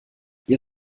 ihr